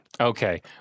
Okay